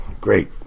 Great